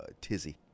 tizzy